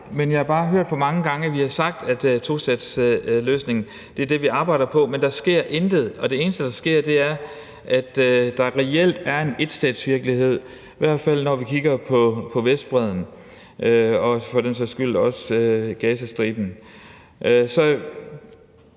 men jeg har bare hørt for mange gange, at vi har sagt, at tostatsløsningen er det, vi arbejder på, men at der så intet sker. Det eneste, der sker, er, at der reelt er en etstatsvirkelighed, i hvert fald når vi kigger på Vestbredden, men for den sags skyld også Gazastriben.